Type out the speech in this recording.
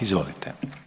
Izvolite.